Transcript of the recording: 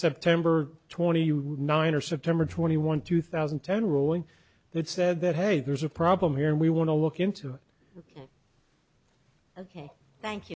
september twenty nine or september twenty one two thousand and ten ruling that said that hey there's a problem here and we want to look into it ok thank